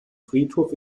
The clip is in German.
friedhof